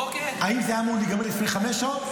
האם זה היה אמור להיגמר לפני חמש שעות?